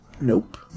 Nope